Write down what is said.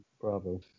Bravo